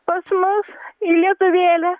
pas mus į lietuvėlę